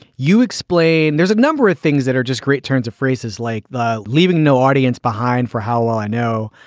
you explain there's a number of things that are just great turns of phrases like the leaving no audience behind for how well i know.